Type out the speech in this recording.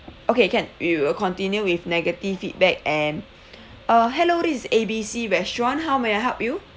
okay can we will continue with negative feedback and uh hello this is A B C restaurant how may I help you